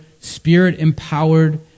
spirit-empowered